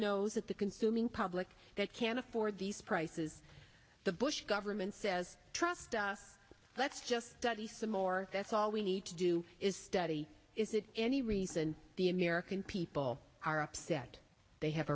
nose at the consuming public that can't afford these prices the bush government says trust us let's just study some more that's all we need to do is study is there any reason the american people are upset they have